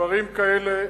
דברים כאלה,